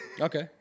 Okay